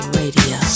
radio